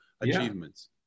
achievements